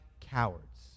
cowards